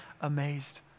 amazed